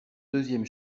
deuxième